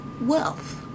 wealth